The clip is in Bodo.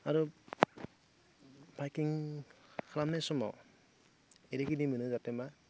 आरो बाइकिं खालामनाय समाव ओरैबायदि मोनो जाते मा